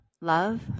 love